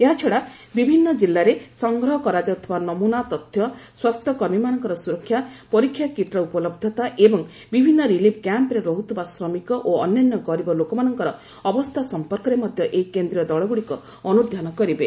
ଏହାଛଡ଼ା ବିଭିନ୍ନ ଜିଲ୍ଲାରେ ସଂଗ୍ରହ କରାଯାଉଥିବା ନମୁନା ତଥ୍ୟ ସ୍ୱାସ୍ଥ୍ୟ କର୍ମୀମାନଙ୍କର ସୁରକ୍ଷା ପରୀକ୍ଷା କିଟ୍ର ଉପଲବ୍ଧତା ଏବଂ ବିଭିନ୍ନ ରିଲିଫ୍ କ୍ୟାମ୍ପ୍ରେ ରହୁଥିବା ଶ୍ରମିକ ଓ ଅନ୍ୟାନ୍ୟ ଗରିବ ଲୋକମାନଙ୍କର ଅବସ୍ଥା ସମ୍ପର୍କରେ ମଧ୍ୟ ଏହି କେନ୍ଦ୍ରୀୟ ଦଳଗୁଡ଼ିକ ଅନୁଧ୍ୟାନ କରିବେ